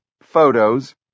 photos